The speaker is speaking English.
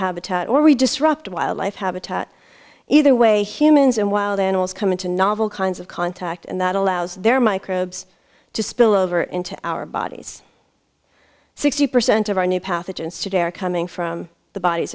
habitat or we disrupt wildlife habitat either way humans and wild animals come into novel kinds of contact and that allows their microbes to spill over into our bodies sixty percent of our new pathogens today are coming from the bodies